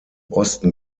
osten